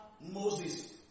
Moses